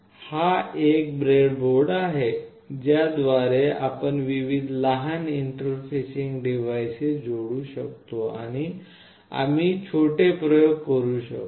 हा एक ब्रेडबोर्ड आहे ज्या द्वारे आपण विविध लहान इंटरफेसिंग डिव्हाइसेस जोडू शकतो आणि आम्ही छोटे प्रयोग करू शकतो